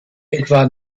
etwa